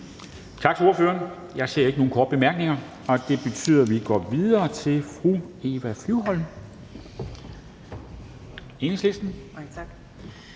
Tak til ordføreren. Jeg ser ikke nogen ønsker om korte bemærkninger, og det betyder, at vi går videre til fru Eva Flyvholm,